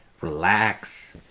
relax